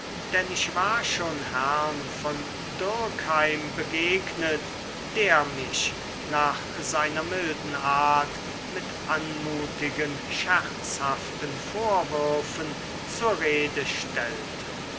denn ich war schon herrn von dürckheim begegnet der mich nach seiner milden art mit anmutigen scherzhaften vorwürfen zur rede stellte